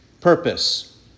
purpose